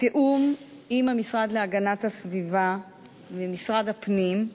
בתיאום עם המשרד להגנת הסביבה ומשרד הפנים,